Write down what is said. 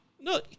No